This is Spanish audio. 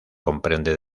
comprende